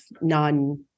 non